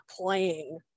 playing